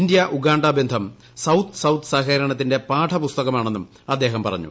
India ഉഗാ ബന്ധം south south സഹകരണത്തിന്റെ പാഠപുസ്തകമാണെന്നും അദ്ദേഹം പറഞ്ഞു